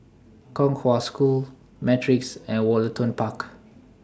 Kong Hwa School Matrix and Woollerton Park